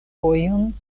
fojon